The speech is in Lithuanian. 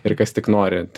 ir kas tik nori